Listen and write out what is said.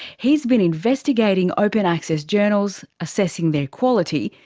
he's been investigating open access journals, assessing their quality,